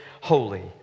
holy